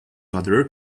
other